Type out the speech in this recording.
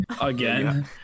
again